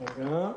בתחילת